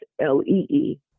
L-E-E